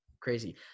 crazy